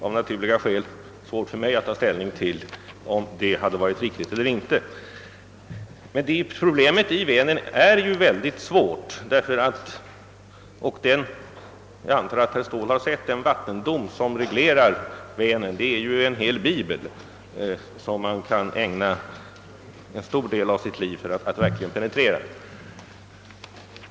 Av naturliga skäl är det svårt för mig att ta ställning till, huruvida detta hade varit riktigt eller inte. Problemet med Vänern är mycket svårt. Jag antar att herr Ståhl har sett den vattendom som reglerar Vänern. Det är ju en hel »bibel», som man kan ägna en stor del av sitt liv för att verkligen penetrera.